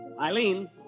Eileen